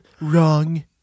Wrong